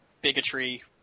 bigotry